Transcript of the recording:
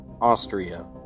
Austria